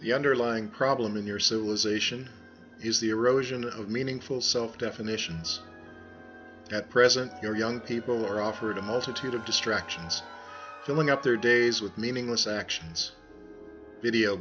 the underlying problem in your civilization is the erosion of meaningful self definitions at present your young people are offered a multitude of distractions filling up their days with meaningless actions video